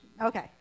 Okay